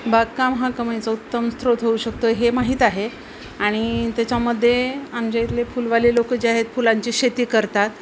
बागकाम हा कमीचा उत्तम स्रोत होऊ शकतो हे माहीत आहे आणि त्याच्यामध्ये आमच्या इथले फुलवाले लोक जे आहेत फुलांची शेती करतात